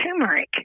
turmeric